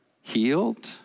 healed